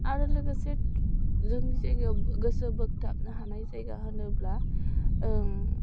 आरो लोगोसे जोंनि जायगायाव गोसो बोगथाबनो हानाय जायगा होनोब्ला ओं